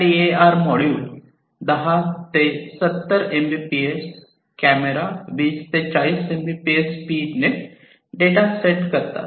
LiDAR module 10 ते 70 Mbps camera 20 ते 40 Mbps speed ने डेटा सेंड करतात